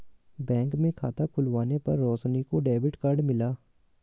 bank में खाता खुलवाने पर रोशनी को डेबिट कार्ड मिला